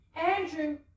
Andrew